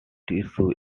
tissue